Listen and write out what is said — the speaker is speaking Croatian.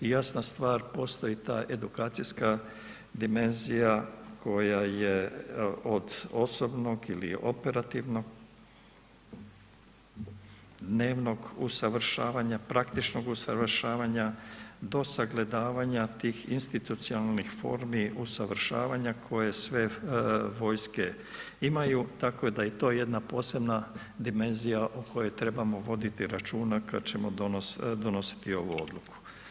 I jasna stvar, postoji ta edukacijska dimenzija koja je od osobnog ili operativnog, dnevnog usavršavanja, praktičnog usavršavanja do sagledavanja tih institucionalnih formi usavršavanja koje sve vojske imaju, tako da je i to jedna posebna dimenzija o kojoj trebamo voditi računa kad ćemo donositi ovu odluku.